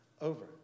over